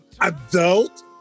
Adult